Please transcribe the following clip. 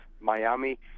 Miami